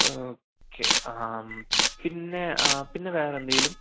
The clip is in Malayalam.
ഓക്കേ പിന്നെ പിന്നെ വേറെന്തെങ്കിലും